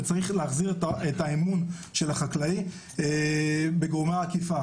וצריך להחזיר את האמון של החקלאי בגורמי האכיפה.